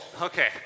Okay